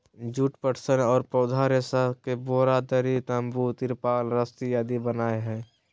जुट, पटसन आर पौधा रेशा से बोरा, दरी, तंबू, तिरपाल रस्सी आदि बनय हई